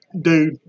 dude